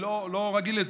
אני לא רגיל לזה.